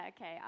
okay